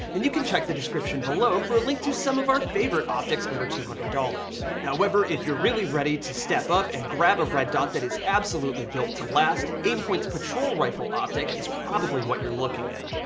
and you can check the description below for a link to some of our favorite optics under two hundred dollars. however, if you're really ready to step up and grab a red dot that is absolutely built to last, aimpoint's patrol rifle optic is probably what you're looking at.